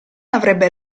avrebbe